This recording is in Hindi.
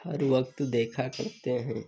हर वक्त देखा करते हैं